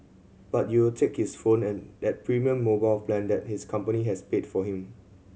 but you'll take his phone and that premium mobile plan that his company has paid for him